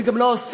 וגם לא עושים.